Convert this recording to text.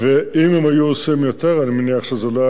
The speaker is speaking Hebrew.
אם הם היו עושים יותר, אני מניח שזה לא היה קורה,